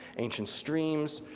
ancient streams,